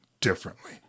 differently